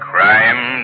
Crime